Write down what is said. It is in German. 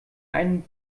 einen